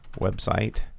website